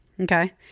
Okay